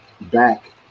back